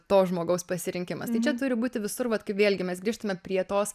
to žmogaus pasirinkimas tai čia turi būti visur vat kaip vėlgi mes grįžtame prie tos